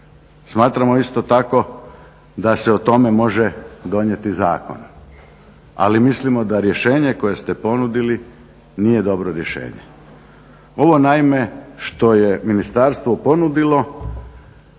Smatramo isto tako da se o tome može donijeti zakon, ali mislimo da rješenje koje ste ponudili nije dobro rješenje. Ovo naime što je ministarstvo ponudilo